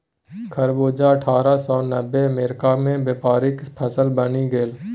खरबूजा अट्ठारह सौ नब्बेमे अमेरिकामे व्यापारिक फसल बनि गेल